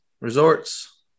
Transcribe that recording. resorts